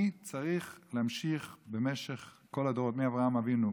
אני צריך להמשיך במשך כל הדורות מאברהם אבינו,